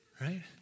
Right